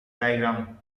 diagram